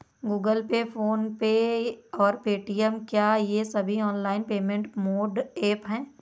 Google Pay PhonePe और Paytm क्या ये सभी ऑनलाइन पेमेंट मोड ऐप हैं?